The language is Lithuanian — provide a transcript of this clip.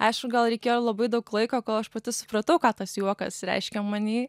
aišku gal reikėjo labai daug laiko kol aš pati supratau ką tas juokas reiškia many